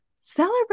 celebrate